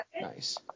Nice